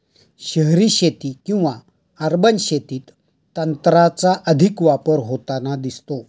शहरी शेती किंवा अर्बन शेतीत तंत्राचा अधिक वापर होताना दिसतो